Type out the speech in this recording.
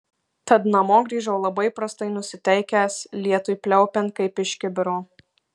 tad namo grįžau labai prastai nusiteikęs lietui pliaupiant kaip iš kibiro